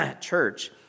church